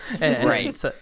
Right